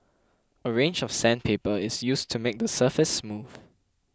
a range of sandpaper is used to make the surface smooth